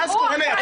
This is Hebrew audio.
--- וזה יפה שאת